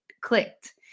clicked